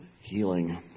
healing